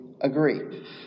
agree